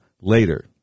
later